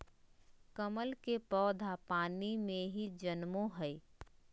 कमल के पौधा पानी में ही जन्मो हइ